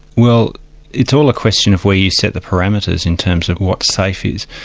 well it's all a question of where you set the parameters in terms of what safe is.